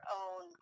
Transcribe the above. own